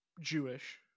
jewish